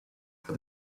for